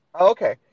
Okay